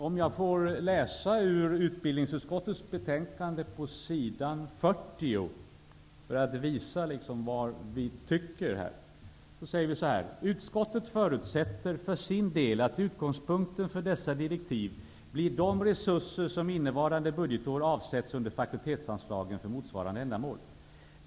Låt mig för att visa vad vi tycker i detta avseende återge vad utbildningsutskottet anför på s. 40 i sitt betänkande: ''Utskottet förutsätter för sin del att utgångspunkten för dessa direktiv blir de resurser som innevarande budgetår avsätts under fakultetsanslagen för motsvarande ändamål.